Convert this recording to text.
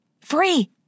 Free